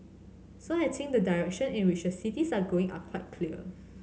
so I think the direction in which the cities are going are quite clear